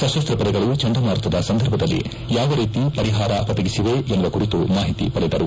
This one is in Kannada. ಸಶಸ್ತ ಪಡೆಗಳು ಚಂಡುಮಾರುತದ ಸಂದರ್ಭದಲ್ಲಿ ಯಾವ ರೀತಿ ಪರಿಹಾರ ಒದಗಿಸಿವೆ ಎನ್ನುವ ಕುರಿತು ಮಾಹಿತಿ ಪಡೆದರು